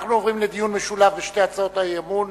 אנחנו עוברים לדיון משולב בשתי הצעות האי-אמון,